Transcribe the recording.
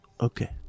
Okay